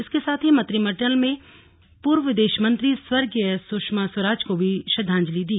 इसके साथ ही मंत्रिमंडल ने पूर्व विदेश मंत्री स्वर्गीय सुषमा स्वराज को श्रद्वांजलि दी